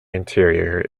interior